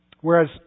Whereas